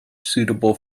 suitable